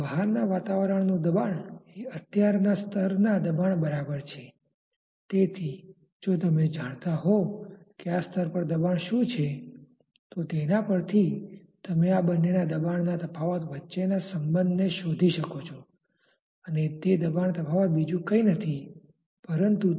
boundary લેયરની ધાર શું છે આપણે જાણીએ છીએ કે ફક્ત આ સ્તરની અંદર જ વેગ પ્રોફાઇલ છે